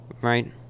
right